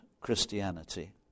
Christianity